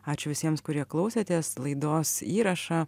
ačiū visiems kurie klausėtės laidos įrašą